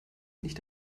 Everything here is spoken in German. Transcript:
nicht